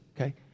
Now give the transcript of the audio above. okay